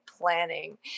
planning